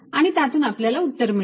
आणि त्यातून आपल्याला उत्तर मिळेल